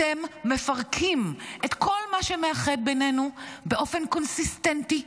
אתם מפרקים כל מה שמאחד בינינו באופן קונסיסטנטי,